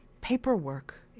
paperwork